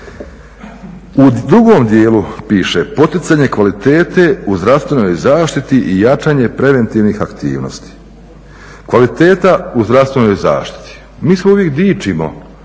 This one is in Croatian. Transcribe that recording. U drugom dijelu piše poticanje kvalitete u zdravstvenoj zaštiti i jačanje preventivnih aktivnosti. Kvaliteta u zdravstvenoj zaštiti. Mi se uvijek dičimo